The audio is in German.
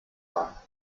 war